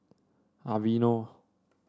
Aveeno